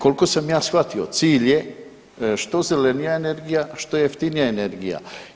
Koliko sam ja shvatio cilj je što zelenija energija, što jeftinija energija.